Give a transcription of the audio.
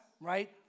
right